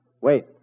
wait